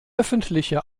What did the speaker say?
öffentliche